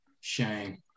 shame